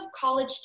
college